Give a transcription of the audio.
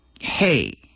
Hey